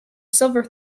silver